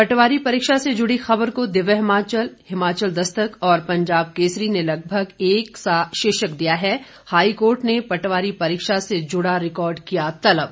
पटवारी परीक्षा से जुड़ी खबर को दिव्य हिमाचल हिमाचल दस्तक और पंजाब केसरी ने लगभग एक सा शीर्षक दिया है हाईकोर्ट ने पटवारी परीक्षा से जुड़ा रिकार्ड किया तलब